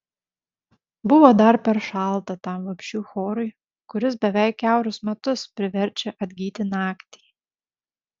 buvo dar per šalta tam vabzdžių chorui kuris beveik kiaurus metus priverčia atgyti naktį